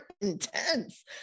intense